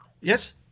Yes